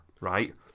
right